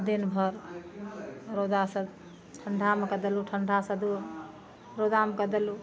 दिनभरि रौदा सऽ ठण्ढामे कऽ देलु ठण्ढा सऽ रौदामे कऽ देलहुॅं